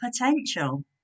potential